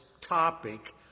topic